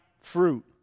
fruit